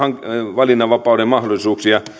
valinnanvapauden mahdollisuuksia